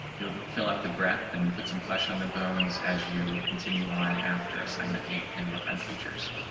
you'll fill out the breath and put some flesh on the bones as you continue on after assignment eight and work on features.